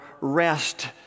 rest